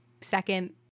second